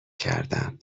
کردم